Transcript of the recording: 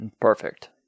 Perfect